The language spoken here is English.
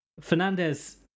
Fernandez